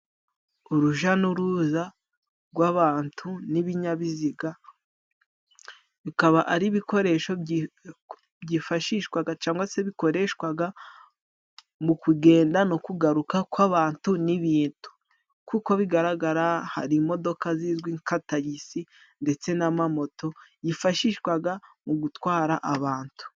Uruja n'uruza gw'abantu n'ibinyabiziga bikaba ari ibikoresho byi byifashishwaga cangwa se bikoreshwaga mu kugenda no kugaruka kw'abantu n'ibintu, kuko bigaragara hari imodoka zizwi nka tagisi ndetse n'amamoto yifashishwaga mu gutwara abantu.